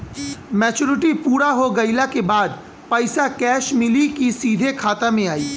Maturity पूरा हो गइला के बाद पईसा कैश मिली की सीधे खाता में आई?